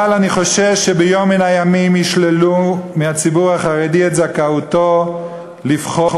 אבל אני חושש שביום מן הימים ישללו מהציבור החרדי את זכאותו לבחור,